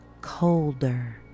colder